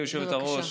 גברתי היושבת-ראש,